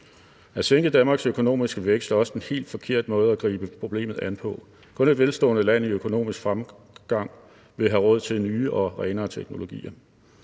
At sænke Danmarks økonomiske vækst er også den helt forkerte måde at gribe problemet an på. Kun et velstående land i økonomisk fremgang vil have råd til nye og renere teknologier.